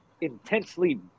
Intensely